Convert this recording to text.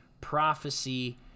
prophecy